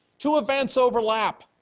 two events overlap.